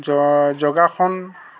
য যোগাসন